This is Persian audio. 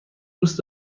دوست